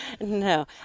No